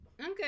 Okay